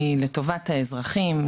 היא לטובת האזרחים,